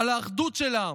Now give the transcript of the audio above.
לאחדות של העם,